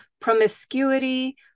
promiscuity